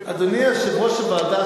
אדוני יושב-ראש הוועדה,